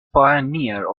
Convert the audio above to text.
pioneer